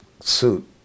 suit